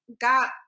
got